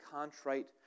contrite